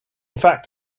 fact